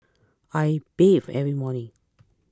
I bathe every morning